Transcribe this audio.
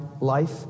life